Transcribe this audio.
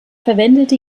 verwendete